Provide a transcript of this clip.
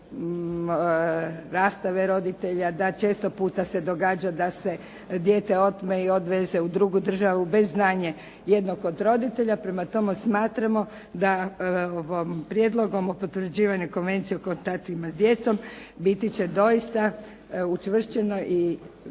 žrtva rastave roditelja, da često puta se događa da se dijete otme i odveze u drugu državu bez znanja jednog od roditelja. Prema tome, smatramo da ovim prijedlogom o potvrđivanju Konvencije o kontaktima s djecom biti će doista učvršćeno i